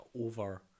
over